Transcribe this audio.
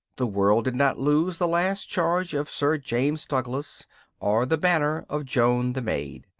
the world did not lose the last charge of sir james douglas or the banner of joan the maid.